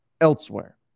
elsewhere